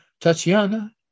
Tatiana